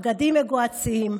בגדים מגוהצים.